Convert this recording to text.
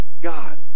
God